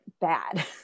bad